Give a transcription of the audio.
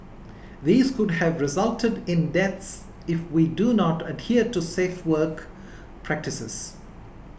these could have resulted in deaths if we do not adhere to safe work practices